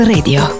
Radio